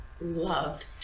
loved